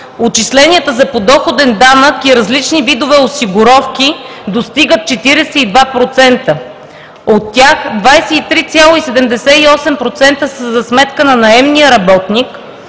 Отчисленията за подоходен данък и различни видове осигуровки достигат 42%. От тях 23,78% са за сметка на наемния работник,